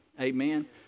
amen